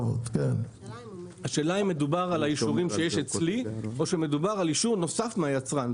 השאלה אם מדובר על האישורים שיש אצלי או שמדובר על אישור נוסף מהיצרן.